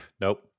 Nope